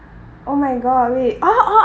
oh my god wait oh oh